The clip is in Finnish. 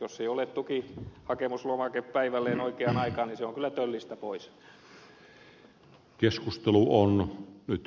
jos ei ole tukihakemuslomake päivälleen oikeaan aikaan niin se on kyllä töllistä pois